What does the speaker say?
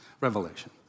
Revelation